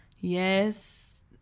Yes